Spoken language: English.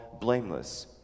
blameless